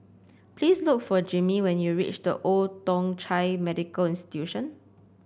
please look for Jimmie when you reach The Old Thong Chai Medical Institution